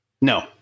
No